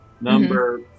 Number